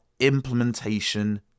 Implementation